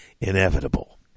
inevitable